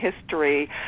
history